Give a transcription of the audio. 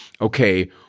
okay